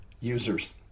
users